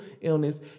illness